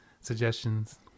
suggestions